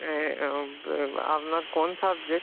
হ্যাঁ আপনার কোন সাবজেক্ট